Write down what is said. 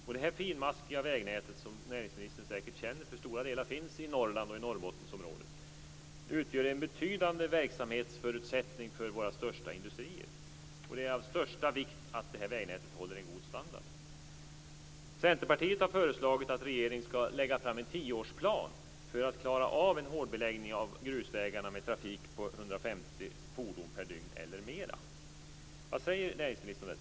Och det här finmaskiga vägnätet - som näringsministern säkert känner till, eftersom stora delar finns i Norrland och i Norrbotten - utgör en betydande verksamhetsförutsättning för våra största industrier. Och det är av största vikt att det här vägnätet håller en god standard. Centerpartiet har föreslagit att regeringen skall lägga fram en tioårsplan för att klara av en hårdbeläggning av grusvägarna med en trafik på 150 fordon eller mera per dygn. Vad säger näringsministern om det?